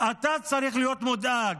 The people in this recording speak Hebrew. אתה צריך להיות מודאג,